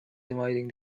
dividing